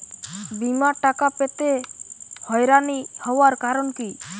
বিমার টাকা পেতে হয়রানি হওয়ার কারণ কি?